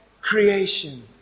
creation